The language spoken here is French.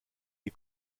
les